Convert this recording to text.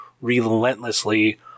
relentlessly